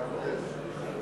שעטנז, נכון.